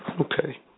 Okay